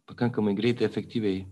pakankamai greitai efektyviai